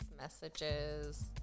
messages